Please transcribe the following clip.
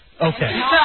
Okay